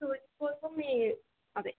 proofs కోసం మీ అదే